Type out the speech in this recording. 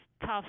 tough